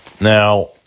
Now